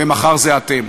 ומחר זה אתם.